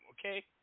Okay